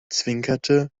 zwinkerte